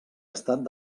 estat